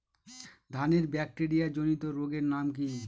ধানের ব্যাকটেরিয়া জনিত রোগের নাম কি?